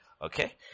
Okay